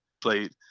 played